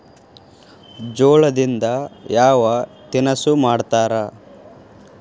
ಜೋಳದಿಂದ ಯಾವ ತಿನಸು ಮಾಡತಾರ?